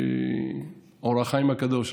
אור החיים הקדוש,